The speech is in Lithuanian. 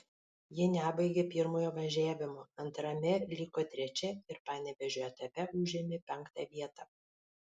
ji nebaigė pirmojo važiavimo antrame liko trečia ir panevėžio etape užėmė penktą vietą